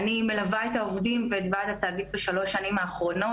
אני מלווה את העובדים ואת ועד התאגיד בשלוש השנים האחרונות.